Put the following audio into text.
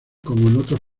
otros